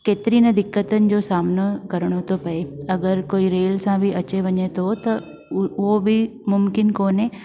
केतरी न दिक़तुनि जो सामनो करिणो थो पए अगरि कोई रेल सां बि अचे वञे थो त उहो बि मुम्किनु कोन्हे